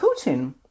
Putin